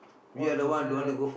!woah! should try that